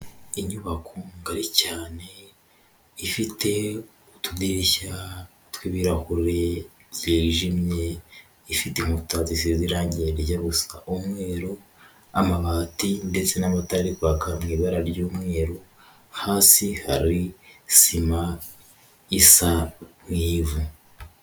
Inyubako ngari cyane, ifite utudirishya tw'ibirahure byijimye, ifite inkuta zisize irangi rijya gusa n'umweru, amabati ndetse n'amatari ari kwaka mu ibara ry'umweru, hasi hari sima isa nk'ivu.